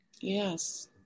Yes